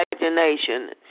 imagination